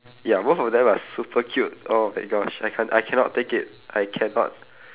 ya both of them are super cute oh my gosh I can't I cannot take it I cannot